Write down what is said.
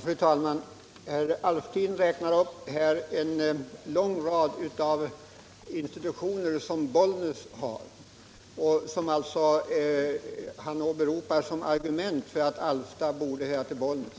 Fru talman! Herr Alftin räknar här upp en lång rad institutioner som Bollnäs har och åberopar dem som argument för att Alfta borde höra till Bollnäs.